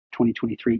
2023